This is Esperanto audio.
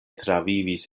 travivis